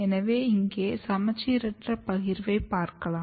எனவே இங்கே சமச்சீரற்ற பகிர்வைப் பார்க்கலாம்